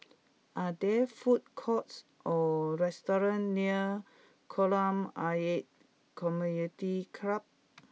are there food courts or restaurants near Kolam Ayer Community Club